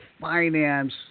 finance